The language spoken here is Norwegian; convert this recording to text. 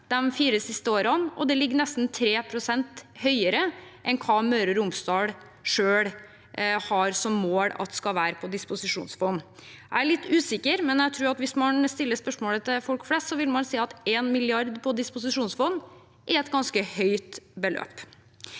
de fire siste årene, og det ligger nesten 3 pst. høyere enn hva Møre og Romsdal selv har som mål at det skal være på disposisjonsfond. Jeg er litt usikker, men jeg tror at hvis man stiller spørsmålet til folk flest, ville man si at 1 mrd. kr på disposisjonsfond er et ganske høyt beløp.